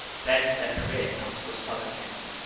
then their career comes to a sudden end.